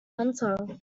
hunter